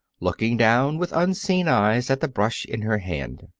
looking down with unseeing eyes at the brush in her hand.